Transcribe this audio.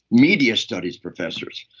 media studies professors,